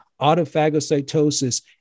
autophagocytosis